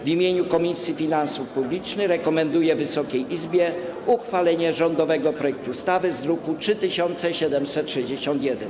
W imieniu Komisji Finansów Publicznych rekomenduję Wysokiej Izbie uchwalenie rządowego projektu ustawy z druku nr 3761.